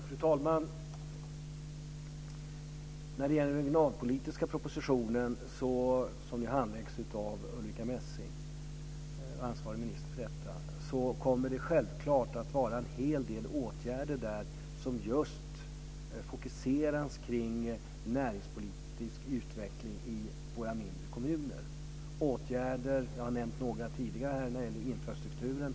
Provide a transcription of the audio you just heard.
Fru talman! I den regionalpolitiska propositionen, som ju handläggs av Ulrica Messing som ansvarig minister, kommer det självklart att vara en hel del åtgärder som fokuseras på näringspolitisk utveckling i våra mindre kommuner. Jag har nämnt några åtgärder tidigare här när det gäller infrastrukturen.